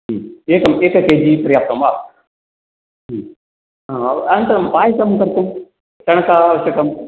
एकम् एक K G पर्याप्तं वा अनन्तरं पायसं कर्तुं चणक आवश्यकम्